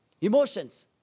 Emotions